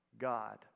God